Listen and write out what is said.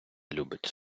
любить